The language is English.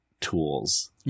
tools